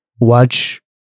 watch